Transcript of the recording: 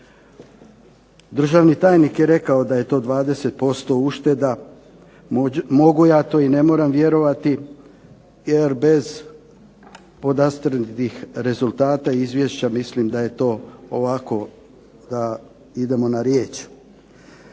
Državni tajnik je rekao da je to 20% ušteda. Mogu ja to i ne moramo vjerovati jer bez podastrijetih rezultata i izvješća mislim da je to ovako da idemo na riječ.